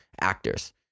actors